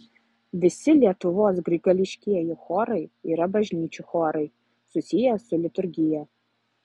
visi lietuvos grigališkieji chorai yra bažnyčių chorai susiję su liturgija